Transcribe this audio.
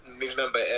remember